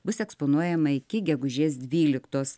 bus eksponuojama iki gegužės dvyliktos